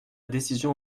décision